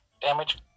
Damage